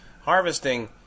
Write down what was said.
harvesting